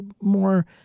more